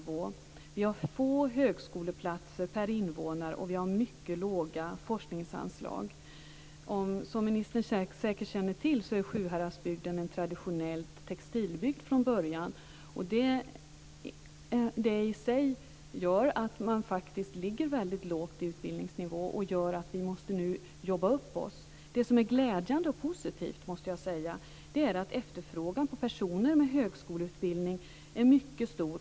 Vi har få högskoleplatser per invånare och vi har mycket låga forskningsanslag. Som ministern säkert känner till var Sjuhäradsbygden från början en traditionell textilbygd. Det i sig gör att man faktiskt ligger väldigt lågt i fråga om utbildningsnivån. Därför måste vi nu jobba upp oss så att säga. Jag måste säga att det är glädjande och positivt att efterfrågan på personer med högskoleutbildning är mycket stor.